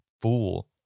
fool